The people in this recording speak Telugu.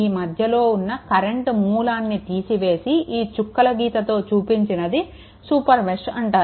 ఈ మధ్యలో ఉన్న కరెంట్ మూలాన్ని తీసివేసి ఈ చుక్కల గీతతో చూపినది సూపర్ మెష్ అంటారు